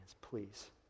please